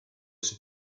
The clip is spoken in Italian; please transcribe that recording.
sue